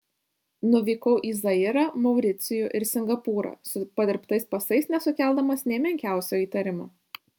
nuvykau į zairą mauricijų ir singapūrą su padirbtais pasais nesukeldamas nė menkiausio įtarimo